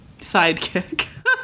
Sidekick